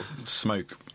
smoke